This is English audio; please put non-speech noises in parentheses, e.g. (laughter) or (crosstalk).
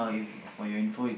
(breath)